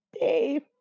Dave